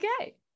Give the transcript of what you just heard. Okay